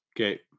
Okay